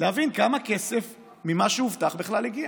להבין כמה כסף ממה שהובטח בכלל הגיע.